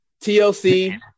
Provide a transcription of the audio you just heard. TLC